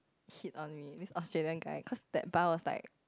hit on me this Australian guy cause that bar was like